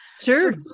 Sure